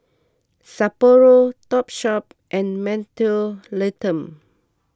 Sapporo Topshop and Mentholatum